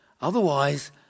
Otherwise